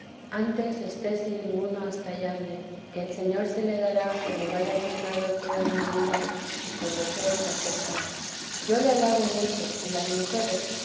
antes esté sin ninguno hasta hallarle que el señor se le dará como vaya fundado todo en humildad y con deseo de acertar yo le alabo mucho y las mujeres